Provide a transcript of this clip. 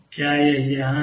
क्या यह यहां है